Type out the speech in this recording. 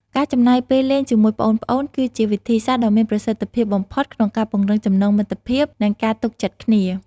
ការចំណាយពេលលេងជាមួយប្អូនៗ គឺជាវិធីដ៏មានប្រសិទ្ធភាពបំផុតក្នុងការពង្រឹងចំណងមិត្តភាព និងការទុកចិត្តគ្នា។